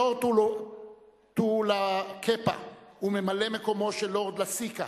לורד טוילקפה הוא ממלא-מקומו של לורד לאסיקה,